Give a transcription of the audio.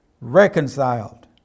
reconciled